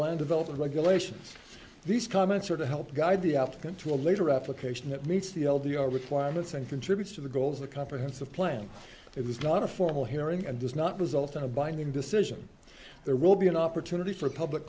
land development regulations these comments are to help guide the applicant to a later application that meets the l d r requirements and contributes to the goals a comprehensive plan it is not a formal hearing and does not result in a binding decision there will be an opportunity for public